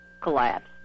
collapsed